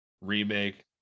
remake